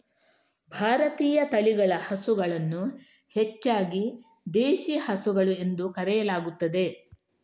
ಭಾರತೀಯ ತಳಿಗಳ ಹಸುಗಳನ್ನು ಹೆಚ್ಚಾಗಿ ದೇಶಿ ಹಸುಗಳು ಎಂದು ಕರೆಯಲಾಗುತ್ತದೆ